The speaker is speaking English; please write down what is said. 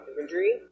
imagery